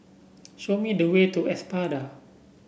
show me the way to Espada